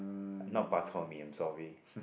not Bak-chor-mee I'm sorry